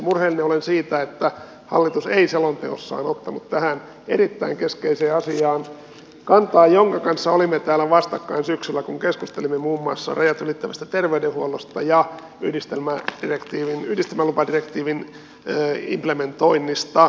murheellinen olen siitä että hallitus ei selonteossaan ottanut kantaa tähän erittäin keskeiseen asiaan jossa olimme täällä vastakkain syksyllä kun keskustelimme muun muassa rajat ylittävästä terveydenhuollosta ja yhdistelmälupadirektiivin implementoinnista